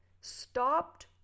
stopped